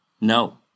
No